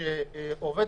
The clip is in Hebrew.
להחריג מפורשות עצורים שחלה